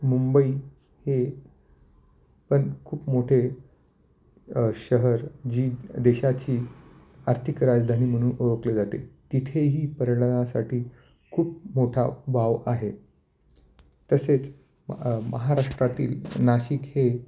मुंबई हे पण खूप मोठे शहर जी देशाची आर्थिक राजधानी म्हणून ओळखले जाते तिथेही पर्यटनासाठी खूप मोठा वाव आहे तसेच महाराष्ट्रातील नाशिक हे